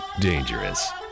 dangerous